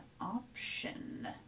option